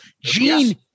gene